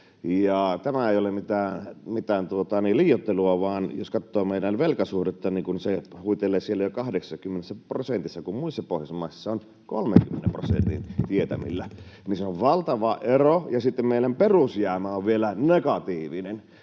tämä ei ole mitään liioittelua, vaan jos katsoo meidän velkasuhdettamme, niin se huitelee jo siellä 80 prosentissa, kun muissa Pohjoismaissa se on 30 prosentin tietämillä. Se on valtava ero. Ja sitten meidän perusjäämä on vielä negatiivinen.